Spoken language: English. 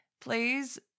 Please